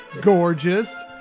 gorgeous